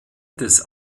des